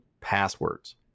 passwords